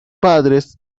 padres